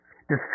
Destroy